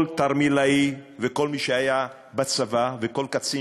כל תרמילאי וכל מי שהיה בצבא וכל קצין